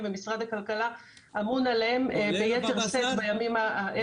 ומשרד הכלכלה אמון עליהם ביתר שאת בימים האלה.